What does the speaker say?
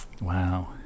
Wow